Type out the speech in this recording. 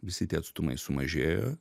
visi tie atstumai sumažėjo